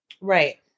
Right